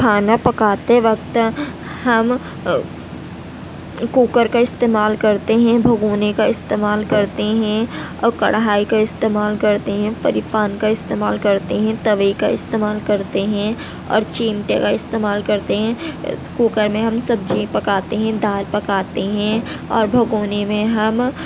کھانا پکاتے وقت ہم کوکر کا استعمال کرتے ہیں بھگونے کا استعمال کرتے ہیں اور کڑھائی کا استعمال کرتے ہیں فری پان کا استعمال کرتے ہیں توے کا استعمال کرتے ہیں اور چمٹے کا استعمال کرتے ہیں کوکر میں ہم سبزی پکاتے ہیں دال پکاتے ہیں اور بھگونے میں ہم